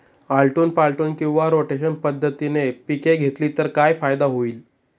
आलटून पालटून किंवा रोटेशन पद्धतीने पिके घेतली तर काय फायदा होईल?